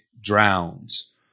Drowns